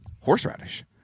horseradish